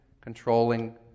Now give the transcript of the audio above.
controlling